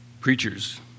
Preachers